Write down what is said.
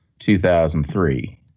2003